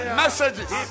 messages